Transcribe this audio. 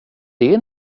det